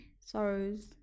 sorrows